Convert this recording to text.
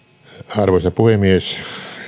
arvoisa puhemies